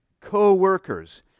co-workers